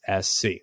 SC